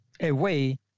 away